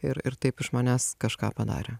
ir ir taip iš manęs kažką padarė